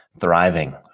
Thriving